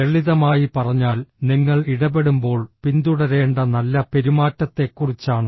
ലളിതമായി പറഞ്ഞാൽ നിങ്ങൾ ഇടപെടുമ്പോൾ പിന്തുടരേണ്ട നല്ല പെരുമാറ്റത്തെക്കുറിച്ചാണ്